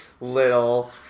little